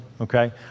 okay